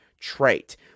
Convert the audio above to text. trait